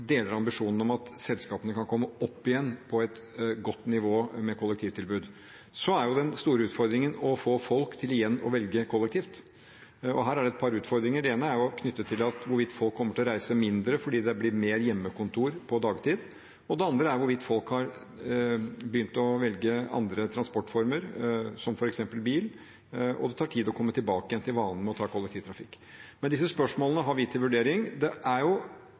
deler ambisjonen om at selskapene kan komme opp igjen på et godt nivå med kollektivtilbud. Den store utfordringen er å få folk til igjen å velge kollektivt. Her er det et par utfordringer. Den ene er knyttet til hvorvidt folk kommer til å reise mindre fordi det blir mer hjemmekontor på dagtid. Den andre er hvorvidt folk har begynt å velge andre transportformer, som f.eks. bil, og det tar tid å komme tilbake igjen til vanen med kollektivtrafikk. Disse spørsmålene har vi til vurdering. Det er